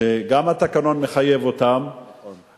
שגם התקנון מחייב אותם, נכון.